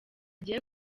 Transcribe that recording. agiye